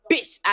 Bitch